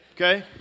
okay